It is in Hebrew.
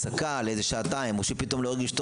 להפסקה לשעתיים או פתאום לא הרגיש טוב